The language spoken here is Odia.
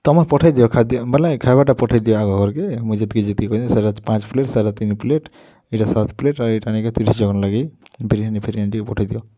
ତମେ ପଠେଇ ଦିଅ ଖାଦ୍ୟ ବଲେ ଖାଇବାର୍ଟା ପଠେଇ ଦିଅ ଆଗ ଘର୍କେ ମୁଁଇ ଯେତ୍କି ଯେତ୍କି କହିଚେଁ ସେଟା ପାଞ୍ଚ୍ ପ୍ଲେଟ୍ ସେଟା ତିନ୍ ପ୍ଲେଟ୍ ଇଟା ସାତ୍ ପ୍ଲେଟ୍ ଇଟା ନିକେଁ ତିରିଶ୍ ଜଣଙ୍କର୍ ଲାଗି ବିରିୟାନୀ ଫିରିୟାନୀ ଟିକେ ପଠେଇ ଦିଅ